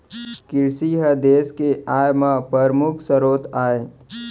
किरसी ह देस के आय म परमुख सरोत आय